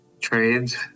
trades